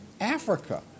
Africa